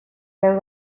deu